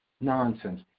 nonsense